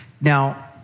Now